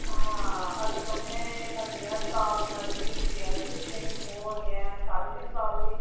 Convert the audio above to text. अगर तुसे करनी ऐ स्टॉफ नर्स दी जीएनएम दी ट्रेनिंग ओह् होनी ऐ साढ़े तीन साल दी